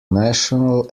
national